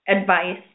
advice